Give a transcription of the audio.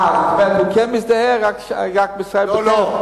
אה, אז הוא כן מזדהה רק בישראל ביתנו.